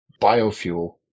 biofuel